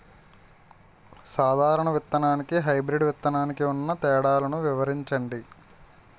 సాధారణ విత్తననికి, హైబ్రిడ్ విత్తనానికి ఉన్న తేడాలను వివరించండి?